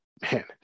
man